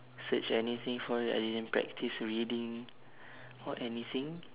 search anything for it I didn't practise reading or anything